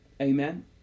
Amen